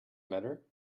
matter